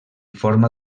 forma